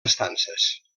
estances